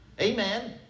Amen